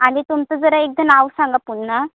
आणि तुमचं जरा एकदा नाव सांगा पुन्हा